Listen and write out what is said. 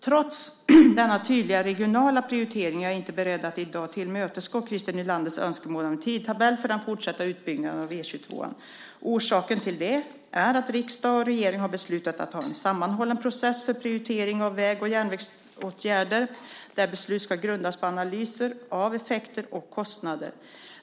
Trots denna tydliga regionala prioritering är jag inte beredd att i dag tillmötesgå Christer Nylanders önskemål om en tidtabell för den fortsatta utbyggnaden av E 22. Orsaken till det är att riksdag och regering har beslutat att ha en sammanhållen process för prioritering av väg och järnvägsåtgärder, där beslut ska grundas på analyser av effekter och kostnader.